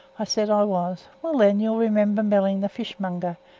i said i was. well then, you'll remember melling, the fish-monger,